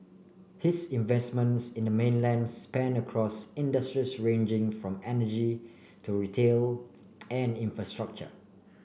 his investments in the mainland span across industries ranging from energy to retail and infrastructure